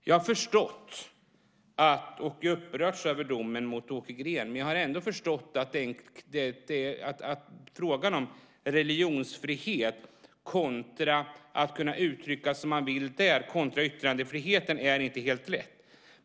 Jag har upprörts över domen mot Åke Green, men jag har ändå förstått att frågan om religionsfrihet och att kunna uttrycka sig fritt i sådana sammanhang kontra frågan om yttrandefriheten inte är helt lätt.